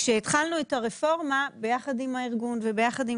כשהתחלנו את הרפורמה ביחד עם הארגון ובחד עם